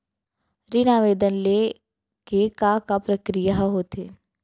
ऋण आवेदन ले के का का प्रक्रिया ह होथे?